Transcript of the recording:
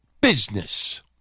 business